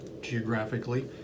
geographically